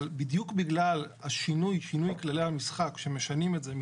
אבל בדיוק בגלל שינוי כללי המשחק שמשנים את זה מ